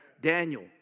Daniel